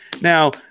now